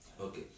Okay